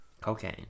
Cocaine